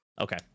Okay